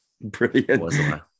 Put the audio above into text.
Brilliant